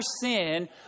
sin